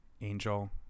Angel